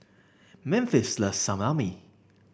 Memphis loves Salami